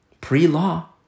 Pre-law